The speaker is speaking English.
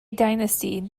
dynasty